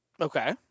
Okay